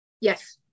Yes